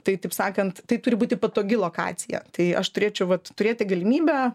tai taip sakant tai turi būti patogi lokacija tai aš turėčiau vat turėti galimybę